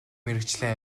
мэргэжлийн